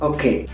Okay